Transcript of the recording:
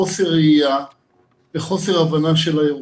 חוסר ראייה וחוסר הבנה של האירוע.